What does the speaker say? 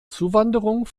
zuwanderung